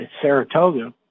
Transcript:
Saratoga